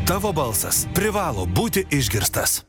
tavo balsas privalo būti išgirstas